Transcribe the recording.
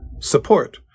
support